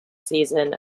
season